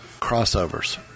crossovers